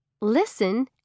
Listen